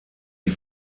die